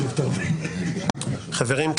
חברים,